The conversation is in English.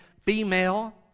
female